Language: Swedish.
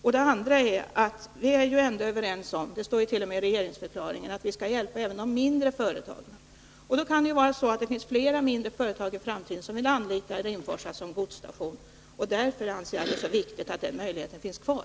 För det andra är vi överens om — det står t.o.m. i regeringsförklaringen — att vi skall hjälpa även de mindre företagen. Det kan ju i framtiden finnas flera mindre företag som vill använda Rimforsa som godsstation, och därför anser jag att det är så viktigt att den möjligheten finns kvar.